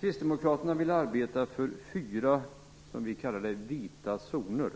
Kristdemokraterna vill arbeta för fyra vita zoner, som vi kallar det, när